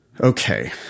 Okay